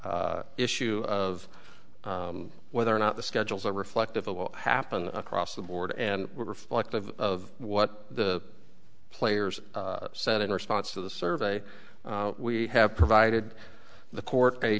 the issue of whether or not the schedules are reflective of what happened across the board and reflective of what the players said in response to the survey we have provided the court a